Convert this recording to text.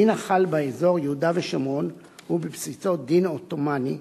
הדין החל באזור יהודה ושומרון הוא בבסיסו דין עות'מאני,